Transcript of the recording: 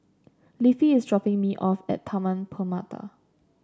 Leafy is dropping me off at Taman Permata